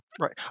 Right